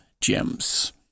gems